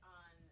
on